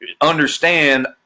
understand